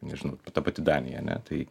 nežinau ta pati danija ane tai